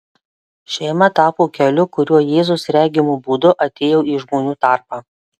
šeima tapo keliu kuriuo jėzus regimu būdu atėjo į žmonių tarpą